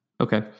Okay